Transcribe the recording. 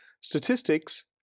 Statistics